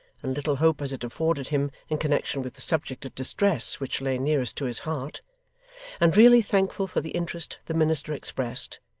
and little hope as it afforded him in connection with the subject of distress which lay nearest to his heart and really thankful for the interest the minister expressed,